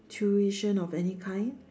tuition of any kind